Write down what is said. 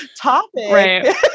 topic